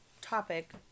topic